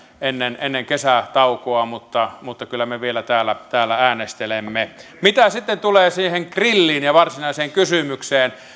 ennen ennen kesätaukoa mutta mutta kyllä me vielä täällä täällä äänestelemme mitä sitten tulee siihen grilliin ja varsinaiseen kysymykseen